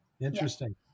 Interesting